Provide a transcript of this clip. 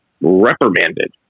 reprimanded